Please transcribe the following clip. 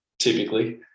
typically